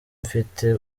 mfite